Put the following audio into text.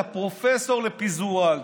אתה פרופסור לפיזור רעל,